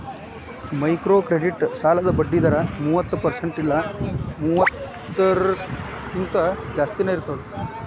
microcredit ಸಾಲದ್ ಬಡ್ಡಿ ದರ ಮೂವತ್ತ ಪರ್ಸೆಂಟ್ ಇಲ್ಲಾ ಮೂವತ್ತಕ್ಕಿಂತ ಜಾಸ್ತಿನಾ ಇರ್ತದ